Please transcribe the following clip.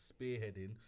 spearheading